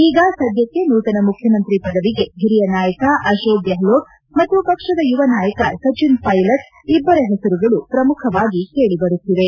ಈಗ ಸದ್ಯಕ್ಕೆ ನೂತನ ಮುಖ್ಯಮಂತ್ರಿ ಪದವಿಗೆ ಹಿರಿಯ ನಾಯಕ ಅಶೋಕ್ ಗೆಹ್ಲೋಟ್ ಮತ್ತು ಪಕ್ಷದ ಯುವ ನಾಯಕ ಸಚಿನ್ ಪೈಲಟ್ ಇಬ್ಬರ ಹೆಸರುಗಳು ಪ್ರಮುಖವಾಗಿ ಕೇಳಿಬರುತ್ತಿವೆ